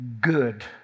good